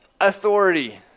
authority